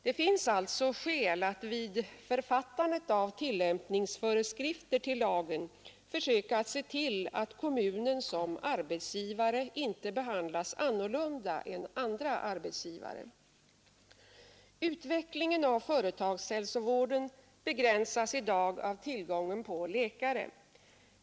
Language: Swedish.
Det finns alltså skäl att vid författandet av tillämpningsföreskrifter till lagen försöka se till att kommunen som arbetsgivare inte behandlas annorlunda än andra arbetsgivare. Utvecklingen av företagshälsovården begränsas i dag av tillgången på läkare.